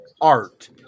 art